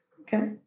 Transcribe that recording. Okay